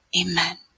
Amen